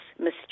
Miss